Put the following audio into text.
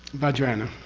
vajrayana.